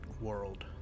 World